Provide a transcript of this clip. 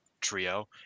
trio